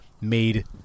made